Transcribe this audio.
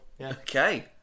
Okay